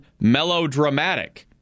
melodramatic